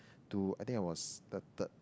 to I think I was the third